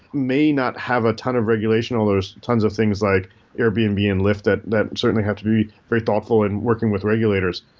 may not have a ton of regulation, all those tons of things like airbnb and and lyft that that certainly have to be very thoughtful and working with regulators.